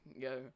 Go